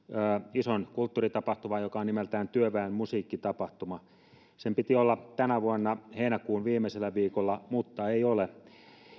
ison kulttuuritapahtuman joka on nimeltään työväen musiikkitapahtuma sen piti olla tänä vuonna heinäkuun viimeisellä viikolla mutta ei ole